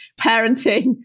parenting